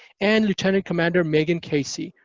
and lieutenant commander megan casey,